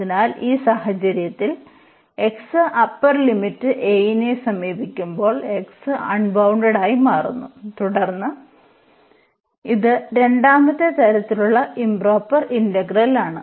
അതിനാൽ ഈ സാഹചര്യത്തിൽ x അപ്പർ ലിമിറ്റ് a നെ സമീപിക്കുമ്പോൾ x അൺബൌണ്ടഡ് ആയി മാറുന്നു തുടർന്ന് ഇത് രണ്ടാമത്തെ തരത്തിലുള്ള ഇംപ്റോപർ ഇന്റഗ്രലാണ്